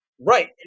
right